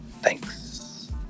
thanks